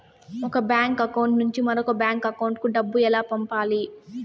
ఒక bank account నుంచి మరొక బ్యాంకు అకౌంట్ కు డబ్బు ఎలా పంపాలి